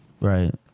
right